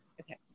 Okay